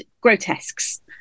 grotesques